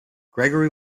gregory